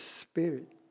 spirit